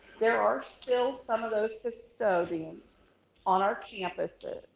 there are still some of those custodians on our campuses.